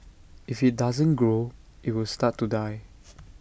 if IT doesn't grow IT will start to die